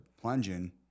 plunging